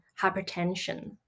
hypertension